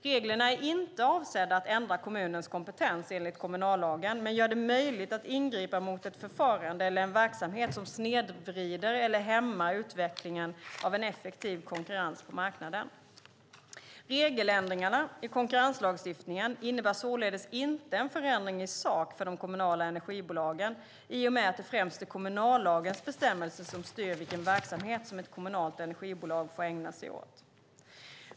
Reglerna är inte avsedda att ändra kommunens kompetens enligt kommunallagen, men de gör det möjligt att ingripa mot ett förfarande eller en verksamhet som snedvrider eller hämmar utvecklingen av en effektiv konkurrens på marknaden. Regeländringarna i konkurrenslagstiftningen innebär således inte en förändring i sak för de kommunala energibolagen, i och med att det främst är kommunallagens bestämmelser som styr vilken verksamhet som ett kommunalt energibolag får ägna sig åt.